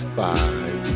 five